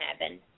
heaven